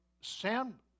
Sam